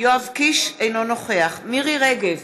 יואב קיש, אינו נוכח מירי רגב,